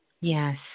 Yes